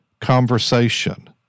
conversation